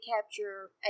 capture